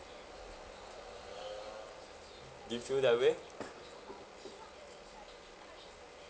do you feel that way